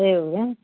એવું એમ